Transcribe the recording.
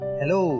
Hello